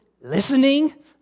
Listening